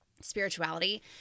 spirituality